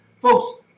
Folks